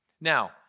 Now